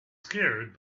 scared